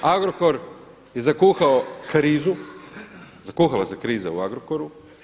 Agrokor je zakuhao krizu, zakuhala se kriza u Agrokoru.